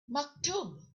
maktub